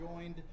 joined